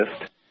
list